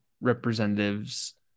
representatives